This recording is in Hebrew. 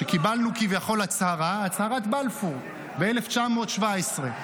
כשקיבלנו כביכול הצהרה, הצהרת בלפור, ב-1917.